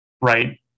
Right